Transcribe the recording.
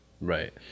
Right